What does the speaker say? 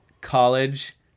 college